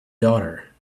daughter